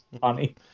funny